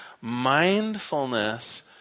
mindfulness